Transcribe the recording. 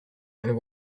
and